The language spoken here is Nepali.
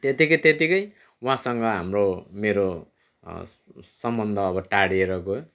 त्यत्तिकै त्यत्तिकै उहाँसँग हाम्रो मेरो सम्बन्ध अब टाढिएर गयो